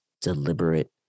deliberate